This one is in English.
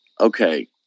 Okay